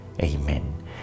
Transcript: Amen